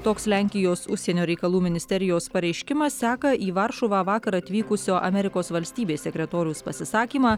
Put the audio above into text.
toks lenkijos užsienio reikalų ministerijos pareiškimas seka į varšuvą vakar atvykusio amerikos valstybės sekretoriaus pasisakymą